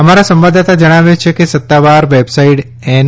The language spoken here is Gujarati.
અમારા સંવાદદાતા જણાવે છે કે સત્તાવાર વેબસાઈટ એન